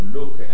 look